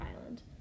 island